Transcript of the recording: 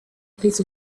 piece